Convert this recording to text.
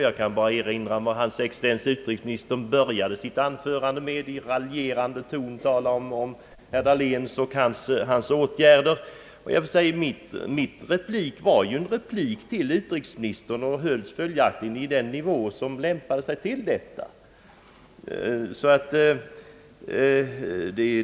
Jag kan bara erinra om att hans excellens utrikesministern började sitt anförande med att i raljerande ton tala om herr Dahlén och hans åtgöranden. Mitt yttrande var ju en replik till utrikesministern och hölls följaktligen på en nivå som lämpade sig till detta.